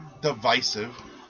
divisive